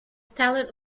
talent